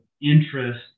interest